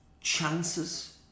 chances